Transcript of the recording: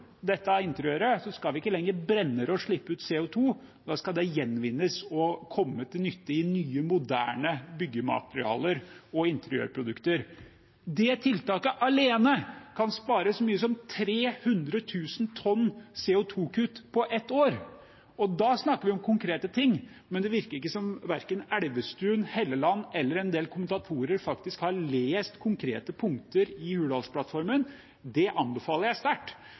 dette interiøret, skal vi ikke lenger brenne det og slippe ut CO 2 – da skal det gjenvinnes og komme til nytte i nye, moderne byggematerialer og interiørprodukter. Det tiltaket alene kan spare så mye som 300 000 tonn CO 2 -kutt på ett år, og da snakker vi om konkrete ting. Men det virker ikke som verken Elvestuen, Hofstad Helleland eller en del kommentatorer faktisk har lest konkrete punkter i Hurdalsplattformen. Det anbefaler jeg sterkt,